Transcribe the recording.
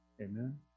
Amen